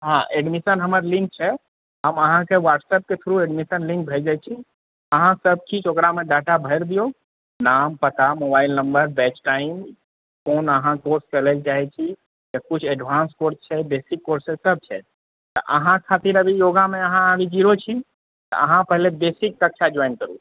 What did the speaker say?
हँ एडमिशन हमर लिङ्क छै हम अहाँकेँ व्हाट्सप्पके थ्रू एडमिशन लिङ्क भेज दए छी अहाँ सबचीज ओकरामे डाटा भरि दिऔ नाम पता मोबाइल नम्बर बैच टाइम कोन अहाँ कोर्स लए चाहै छी किछु एडवान्स कोर्स छै बेसिक कोर्स छै सब छै तऽ अहाँ खातिर अहाँ योगामे अभी जीरो छी अहाँ पहिले बेसिक कक्षा ज्वाइन करू